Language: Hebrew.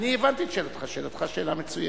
אני הבנתי את שאלתך, שאלתך שאלה מצוינת.